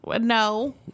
no